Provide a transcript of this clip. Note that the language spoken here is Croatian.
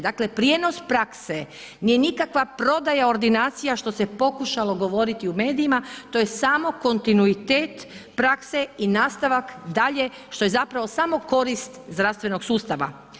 Dakle prijenos prakse nije nikakva prodaja ordinacija što se pokušalo govoriti u medijima, to je samo kontinuitet prakse i nastavak dalje što je zapravo samo korist zdravstvenog sustava.